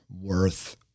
worth